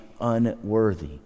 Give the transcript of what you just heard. Unworthy